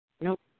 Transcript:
Nope